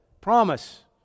Promise